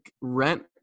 rent